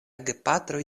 gepatroj